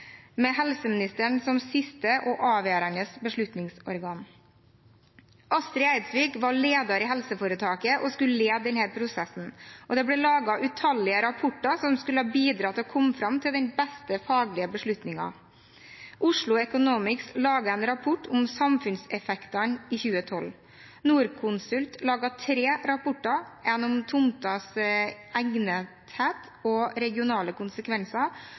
med helseministeren som siste og avgjørende beslutningsorgan. Astrid Eidsvik var leder i helseforetaket og skulle lede denne prosessen, og det ble laget utallige rapporter som skulle bidra til å komme fram til den beste faglige beslutningen. Oslo Economics laget en rapport om samfunnseffektene i 2012. Norconsult laget tre rapporter, en om tomters egnethet og regionale konsekvenser